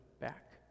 back